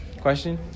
Question